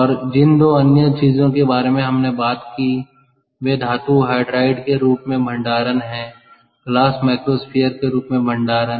और जिन दो अन्य चीजों के बारे में हमने बात की वे धातु हाइड्राइड के रूप में भंडारण हैं ग्लास माइक्रोस्फीयर के रूप में भंडारण